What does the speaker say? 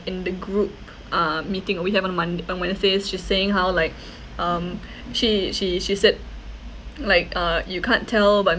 in the group uh meeting we have on mon~ on wednesday she's saying how like um she she she said like uh you can't tell but